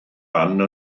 anne